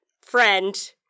friend